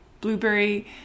Blueberry